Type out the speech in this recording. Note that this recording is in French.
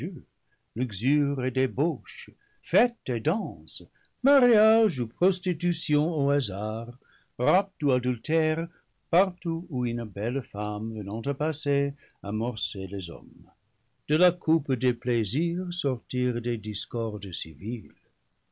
et danse mariage ou prostitution au hasard rapt ou adultère partout où une belle femme venant à passer amorçait les hommes de la coupe des plaisirs sortirent des discordes civiles